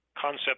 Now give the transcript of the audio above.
concept